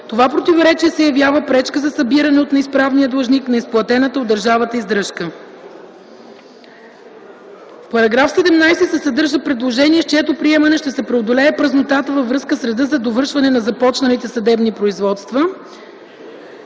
Това противоречие се явява пречка за събиране от неизправния длъжник на изплатената от държавата издръжка. В § 17 се съдържа предложение, с чието приемане ще се преодолее празнотата във връзка с реда за довършване на започналите съдебни производства.